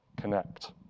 connect